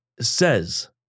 says